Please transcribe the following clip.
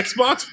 Xbox